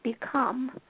become